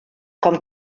com